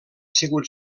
sigut